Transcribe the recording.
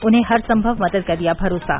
उन्हें हरसंभव मदद का दिया भरोसा